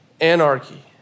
anarchy